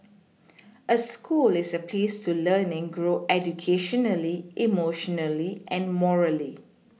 a school is a place to learn and grow educationally emotionally and morally